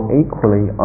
equally